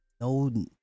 no